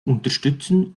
unterstützen